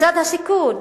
משרד השיכון,